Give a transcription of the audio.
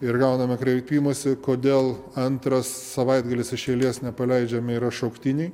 ir gauname kreipimąsi kodėl antras savaitgalis iš eilės nepaleidžiami yra šauktiniai